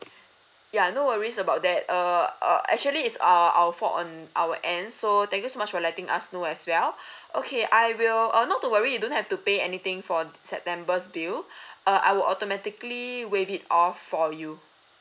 ya no worries about that uh uh actually it's uh our fault on our end so thank you so much for letting us know as well okay I will oh not to worry you don't have to pay anything for t~ september's bill uh I will automatically waive it off for you